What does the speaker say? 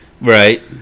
Right